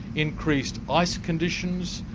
increased ice conditions,